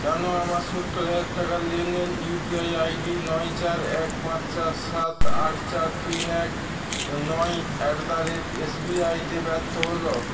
কেন আমার সত্তর হাজার টাকার লেনদেন ইউপিআই আইডি নয় চার এক পাঁচ চার সাত আট চার তিন এক নয় at the rate S B আইতে ব্যর্থ হলো